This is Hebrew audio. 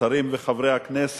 ועדת הכספים.